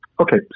Okay